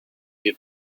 wir